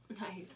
Nice